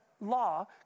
law